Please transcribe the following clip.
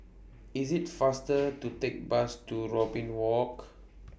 IS IT faster to Take Bus to Robin Walk